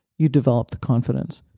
you develop the confidence.